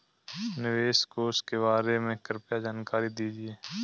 निवेश कोष के बारे में कृपया जानकारी दीजिए